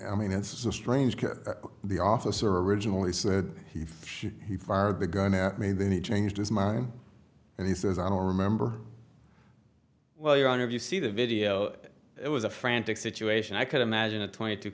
i mean it's a strange because the officer originally said he phew he fired the gun at me then he changed his mind and he says i don't remember well your honor if you see the video it was a frantic situation i could imagine a twenty two